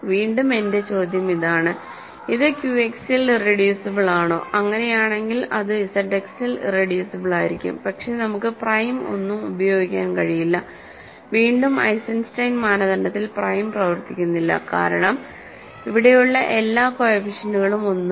വീണ്ടും എന്റെ ചോദ്യം ഇതാണ് ഇത് ക്യുഎക്സിൽ ഇറെഡ്യൂസിബിൾ ആണോ അങ്ങനെയാണെങ്കിൽ അത് ഇസഡ് എക്സിൽ ഇറെഡ്യൂസിബിൾ ആയിരിക്കും പക്ഷേ നമുക്ക് പ്രൈം ഒന്നും ഉപയോഗിക്കാൻ കഴിയില്ല വീണ്ടും ഐസൻസ്റ്റൈൻ മാനദണ്ഡത്തിൽ പ്രൈം പ്രവർത്തിക്കുന്നില്ല കാരണം ഇവിടെയുള്ള എല്ലാ കോഎഫിഷ്യന്റ്കളും 1 ആണ്